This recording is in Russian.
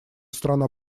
страна